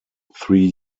three